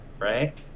right